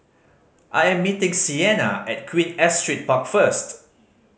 I am meeting Sienna at Queen Astrid Park first